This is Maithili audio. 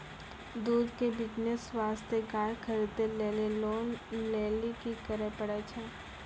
दूध के बिज़नेस वास्ते गाय खरीदे लेली लोन लेली की करे पड़ै छै?